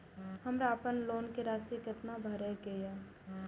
हमर अपन लोन के राशि कितना भराई के ये?